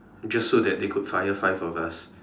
just so that they could fire five of us